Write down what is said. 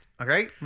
Okay